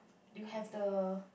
you have the